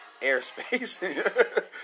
airspace